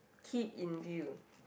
keep in view